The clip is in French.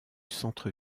centre